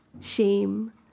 shame